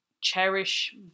cherish